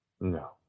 no